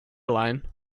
line